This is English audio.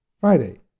Friday